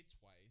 twice